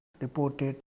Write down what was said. reported